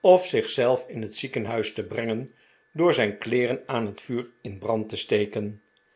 of zich zelf in het ziekenhuis te brengen door zijn kleeren aan het vuur in brand te steken